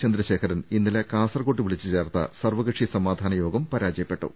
ചന്ദ്രശേഖരൻ ഇന്നലെ കാസർകോട് വിളിച്ചുചേർത്ത സർവകക്ഷി സമാധാന യോഗം പരാ ജയപ്പെട്ടു